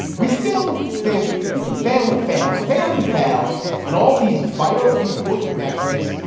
we still think we can fail and fail and fail and fail on all these vital, important metrics.